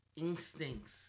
instincts